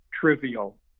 trivial